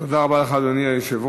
תודה רבה לך, אדוני היושב-ראש.